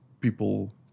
People